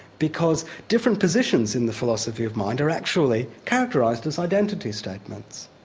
because different positions in the philosophy of mind are actually characterised as identity statements.